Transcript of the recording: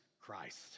Christ